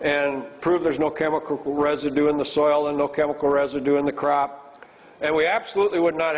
and prove there's no chemical residue in the soil and no chemical residue in the crop and we absolutely would not